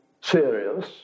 serious